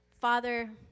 Father